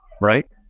right